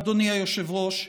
אדוני היושב-ראש,